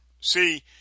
See